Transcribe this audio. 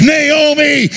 Naomi